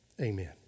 Amen